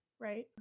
right